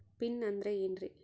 Pin ಅಂದ್ರೆ ಏನ್ರಿ?